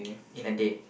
in a day